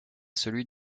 celui